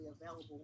available